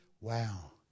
Wow